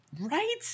right